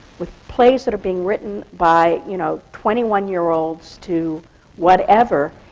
with plays that are being written by, you know, twenty-one-year-olds to whatever,